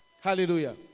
Hallelujah